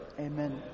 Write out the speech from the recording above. Amen